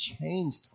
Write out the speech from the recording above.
changed